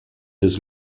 des